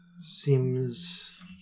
seems